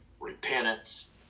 repentance